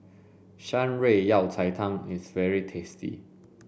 Shan Rui Yao Cai Tang is very tasty